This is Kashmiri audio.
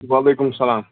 وعلیکُم السلام